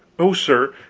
oh, sir,